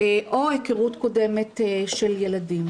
או היכרות קודמת של ילדים.